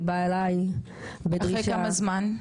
היא באה אליי בדרישה --- אחרי כמה זמן?